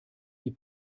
die